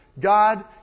God